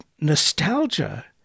nostalgia